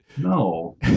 No